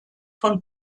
von